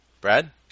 Brad